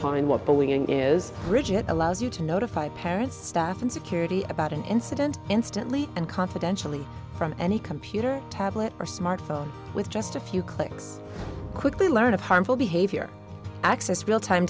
fine what bullying is bridget allows you to notify parents staff and security about an incident instantly and confidentially from any computer tablet or smartphone with just a few clicks quickly learned of harmful behavior access real time